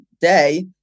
day